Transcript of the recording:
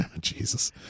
Jesus